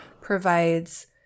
provides